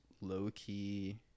low-key